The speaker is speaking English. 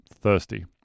thirsty